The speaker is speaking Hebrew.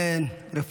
אמן כן יהי רצון.